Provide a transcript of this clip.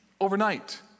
overnight